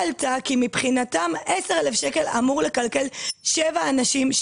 עלתה כי מבחינתם 10,000 שקל אמור לכלכל שבעה אנשים,